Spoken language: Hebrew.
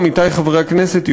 עמיתי חברי הכנסת,